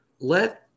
let